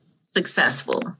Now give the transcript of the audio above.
successful